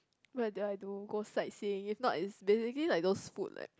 where did I do go sightseeing if not is basically like those food left